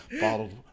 Bottled